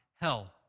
hell